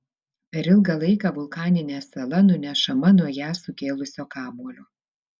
per ilgą laiką vulkaninė sala nunešama nuo ją sukėlusio kamuolio